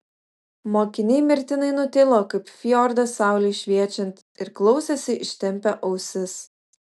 mokiniai mirtinai nutilo kaip fjordas saulei šviečiant ir klausėsi ištempę ausis